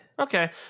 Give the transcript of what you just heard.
Okay